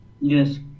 yes